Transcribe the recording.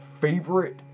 favorite